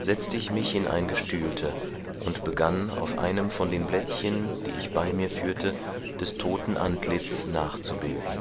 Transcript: setzte ich mich in ein gestühlte und begann auf einem von den blättchen die ich bei mir führte des todten antlitz nachzubilden